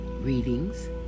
Readings